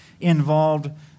involved